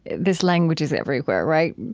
this language is everywhere, right?